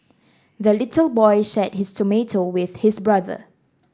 the little boy shared his tomato with his brother